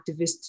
activists